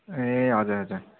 ए हजुर हजुर